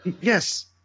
Yes